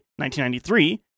1993